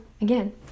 again